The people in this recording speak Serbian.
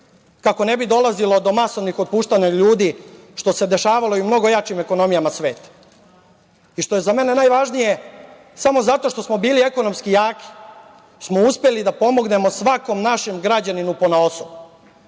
kako ne bi dolazilo do masovnih otpuštanja ljudi, što se dešavalo i u mnogo jačim ekonomijama sveta. I što je za mene najvažnije, samo zato što smo bili ekonomski jaki smo uspeli da pomognemo svakom našem građaninu ponaosob